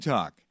Talk